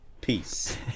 Peace